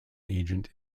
agent